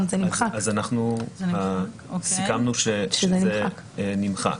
סיכמנו שזה נמחק.